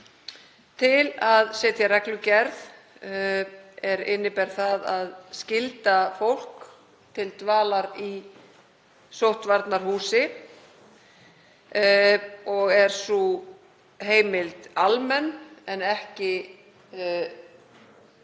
til að setja reglugerð er inniber að skylda fólk til dvalar í sóttvarnahúsi. Er sú heimild almenn en ekki með